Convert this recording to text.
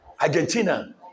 Argentina